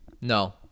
No